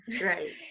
Right